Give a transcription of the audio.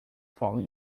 falling